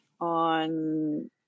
on